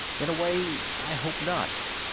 in a way, i hope not.